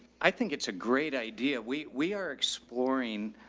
i think it's a great idea. we we are exploring,